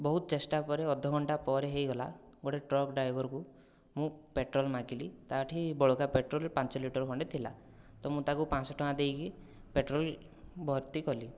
ବହୁତ ଚେଷ୍ଟା ପରେ ଅଧଘଣ୍ଟା ପରେ ହୋଇଗଲା ଗୋଟିଏ ଟ୍ରକ ଡ୍ରାଇଭରକୁ ମୁଁ ପେଟ୍ରୋଲ ମାଗିଲି ତା'ଠି ବଳକା ପେଟ୍ରୋଲ ପାଞ୍ଚ ଲିଟର ଖଣ୍ଡେ ଥିଲା ତ ମୁଁ ତାକୁ ପାଞ୍ଚଶହ ଟଙ୍କା ଦେଇକି ପେଟ୍ରୋଲ ଭର୍ତ୍ତି କଲି